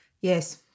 Yes